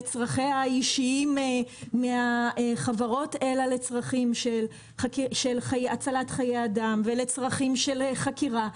לצרכיה האישיים אלא לצרכים של הצלת חיי אדם ולצרכים של חקירה.